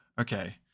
okay